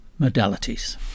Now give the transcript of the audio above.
Modalities